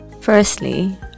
Firstly